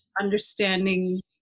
understanding